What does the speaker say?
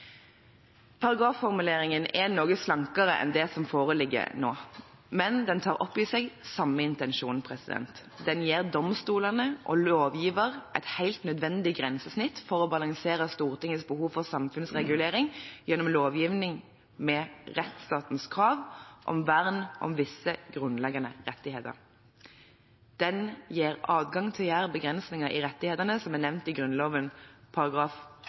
Paragrafformuleringen er noe slankere enn den som foreligger nå, men tar opp i seg samme intensjon: Den gir domstolene og lovgiver et helt nødvendig grensesnitt for å balansere Stortingets behov for samfunnsregulering gjennom lovgivning med rettstatens krav om vern av visse grunnleggende rettigheter. Den adgang til å gjøre begrensninger i rettighetene som er nevnt i Grunnloven